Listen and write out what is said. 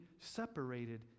separated